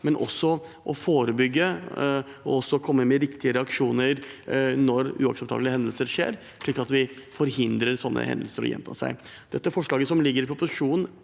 men også å forebygge og komme med riktige reaksjoner når uakseptable hendelser skjer, slik at vi forhindrer at sånne hendelser gjentar seg. Det forslaget som ligger i proposisjonen,